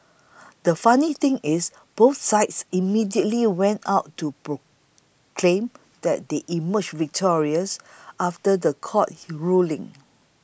the funny thing is both sides immediately went out to proclaim that they emerged victorious after the court ruling